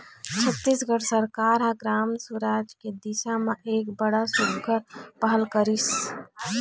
छत्तीसगढ़ सरकार ह ग्राम सुराज के दिसा म एक बड़ सुग्घर पहल करिस